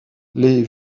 les